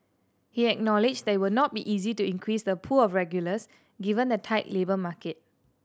he acknowledged that it will not be easy to increase the pool of regulars given the tight labour market